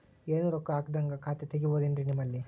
ಏನು ರೊಕ್ಕ ಹಾಕದ್ಹಂಗ ಖಾತೆ ತೆಗೇಬಹುದೇನ್ರಿ ನಿಮ್ಮಲ್ಲಿ?